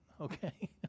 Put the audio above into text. Okay